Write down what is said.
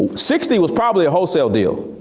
sixty was probably a wholesale deal.